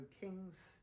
kings